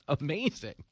amazing